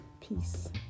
peace